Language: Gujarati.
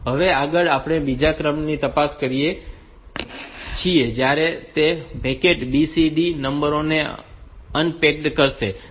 હવે આગળ આપણે બીજા પ્રોગ્રામ ની તપાસ કરીએ છીએ જે પેક્ડ BCD નંબરોને અનપેક્ડ કરશે